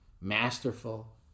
masterful